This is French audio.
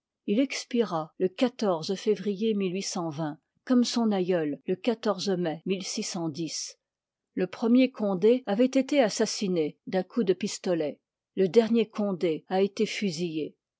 il expira le février comme son aïeul le mai le premier condé avoit été assassiné d'un coup de pistolet le dernier condé a été fusillé